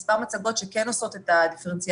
הצגנו מספר מצגות שכן עושות את הדיפרנציאציה